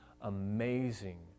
amazing